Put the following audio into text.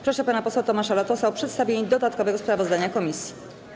Proszę pana posła Tomasza Latosa o przedstawienie dodatkowego sprawozdania komisji.